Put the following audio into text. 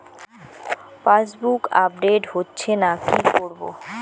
Passbook update হচ্ছেনা কি করবো?